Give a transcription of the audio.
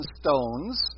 stones